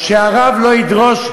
שהרב לא ידרוש,